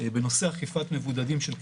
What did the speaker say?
בנושא אכיפת מבודדים של קטינים,